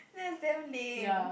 that's damn lame